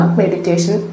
meditation